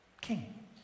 king